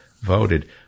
voted